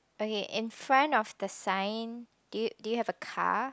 okay in front of the sign do you do you have a car